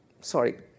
sorry